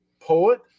poet